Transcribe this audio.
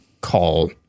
call